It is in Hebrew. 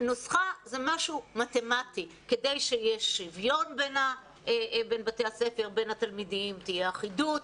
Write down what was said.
זה נוצר כדי שיהיה שוויון בין התלמידים ושתהיה אחידות.